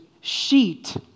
sheet